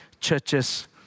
churches